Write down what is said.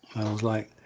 was like.